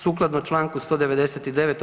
Sukladno čl. 199.